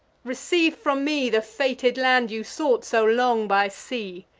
receive from me the fated land you sought so long by sea.